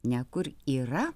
ne kur yra